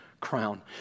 crown